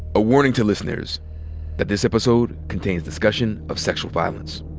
a warning to listeners that this episode contains discussion of sexual violence.